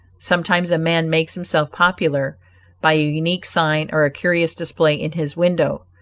sometimes a man makes himself popular by an unique sign or a curious display in his window,